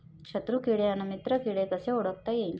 शत्रु किडे अन मित्र किडे कसे ओळखता येईन?